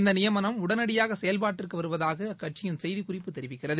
இந்த நியமனம் உடனடியாக செயல்பாட்டிற்கு வருவதாக அக்கட்சியின் செய்திக்குறிப்பு தெரிவிக்கிறது